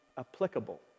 Applicable